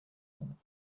کنم